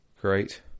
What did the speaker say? Great